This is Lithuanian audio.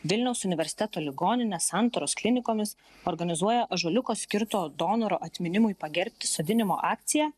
vilniaus universiteto ligoninės santaros klinikomis organizuoja ąžuoliuko skirto donoro atminimui pagerbti sodinimo akciją